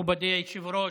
מכובדי היושב-ראש,